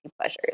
Pleasures